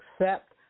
accept